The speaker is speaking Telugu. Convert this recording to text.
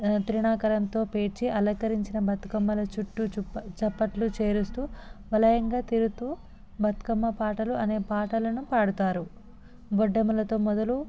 త్రిణాకారంతో పేర్చి అలంకరించిన బతుకమ్మల చుట్టూ చప్పట్లు చరుస్తూ వలయంగా తిరుగుతూ బతుకమ్మ పాటలు అనే పాటలను పాడతారు బొడ్డెమ్మలతో మొదలు